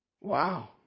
Wow